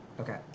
Okay